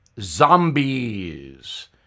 zombies